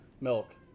milk